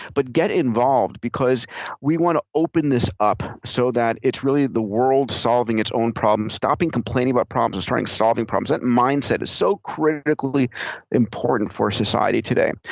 but get involved because we want to open this up so that it's really the world solving its own problems, stopping complaining about problems and starting solving problems. that mindset is so critically important for society today.